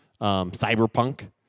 cyberpunk